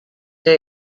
der